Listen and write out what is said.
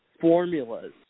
formulas